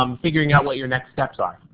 um figuring out what your next steps are?